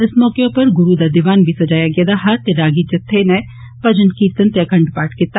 इस मौके उप्पर गुरू दा दिवान बी सजाया गेदा हा ते रागी जत्थें नै भजन कीर्तन ते अखंड पाठ कीता